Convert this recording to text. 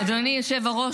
אדוני היושב-ראש,